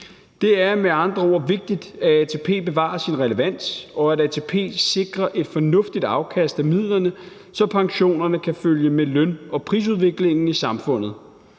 Det er med andre ord vigtigt, at ATP bevarer sin relevans, og at ATP sikrer et fornuftigt afkast af midlerne, så pensionerne kan følge med løn- og prisudviklingen i samfundet.